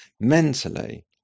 mentally